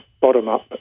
bottom-up